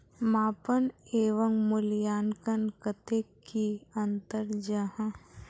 मापन एवं मूल्यांकन कतेक की अंतर जाहा?